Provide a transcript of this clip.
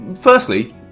firstly